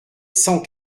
cent